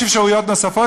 יש אפשרויות נוספות,